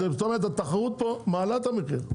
זאת אומרת התחרות פה מעלה את המחיר.